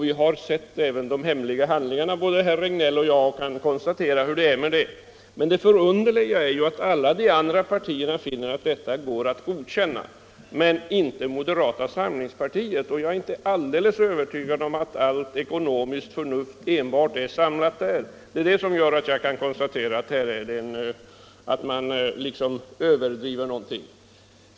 Vi har sett de hemliga papperen, både herr Regnéll och jag, och kan konstatera hur det förhåller sig med detta. Det förunderliga är ju att alla partier finner att denna affär går att godkänna, utom moderata samlingspartiet. Jag är inte alldeles övertygad om att allt ekonomiskt förnuft enbart är samlat i det partiet. Det är detta som får mig att notera att här överdriver man någonting.